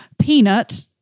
peanut